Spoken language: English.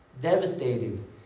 devastating